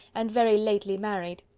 and very lately married.